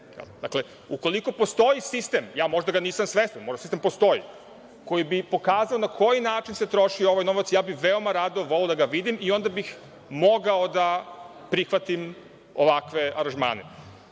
Dakle, ukoliko postoji sistem, ja možda ga nisam svestan, možda sistem postoji koji bi pokazao na koji način se troši ovaj novac, ja bih veoma rado voleo da ga vidim i onda bih mogao da prihvatim ovakve aranžmane.